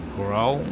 grow